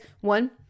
one